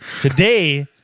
Today